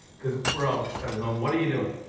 because we're all stuck at home. what are you doing?